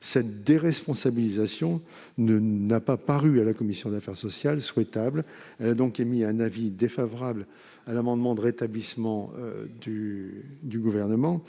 Cette déresponsabilisation n'a pas paru souhaitable à la commission des affaires sociales. Nous avons donc émis un avis défavorable sur l'amendement de rétablissement du Gouvernement,